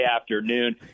afternoon